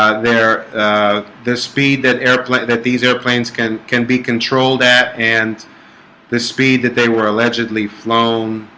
ah they're the speed that airplane that these airplanes can can be controlled at and the speed that they were allegedly flown